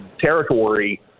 territory